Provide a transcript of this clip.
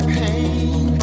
pain